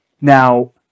Now